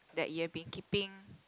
that you have been keeping